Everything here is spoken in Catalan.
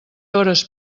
hores